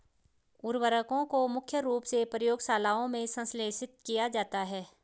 उर्वरकों को मुख्य रूप से प्रयोगशालाओं में संश्लेषित किया जाता है